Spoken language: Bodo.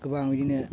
गोबां बिदिनो